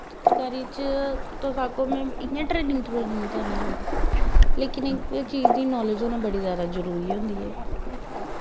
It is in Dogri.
चित्तरकारी च तुस आक्खो में इ'यां ट्रेनिंग ट्रूनिंग ते ऐनी लेदी लेकिन इक चीज दी नॉलेज़ होना बड़ी जादा जरूरी होंदी ऐ